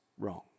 wrong